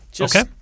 Okay